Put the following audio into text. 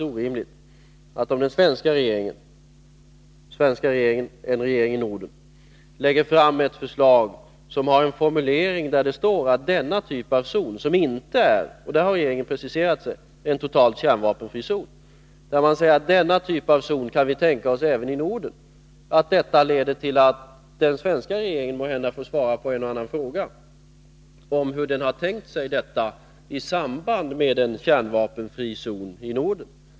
Om den svenska regeringen, en regering i Norden, lägger fram ett förslag med en formulering som innebär att vi kan tänka oss denna typ av zon i Europa — som inte är en totalt kärnvapenfri zon, på den punkten har regeringen preciserat sig — kan det leda till att svenska regeringen får svara på frågor om hur den tänker sig en sådan zon i samband med en kärnvapenfri zon i Norden.